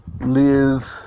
live